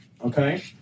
okay